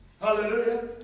Hallelujah